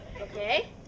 Okay